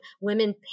women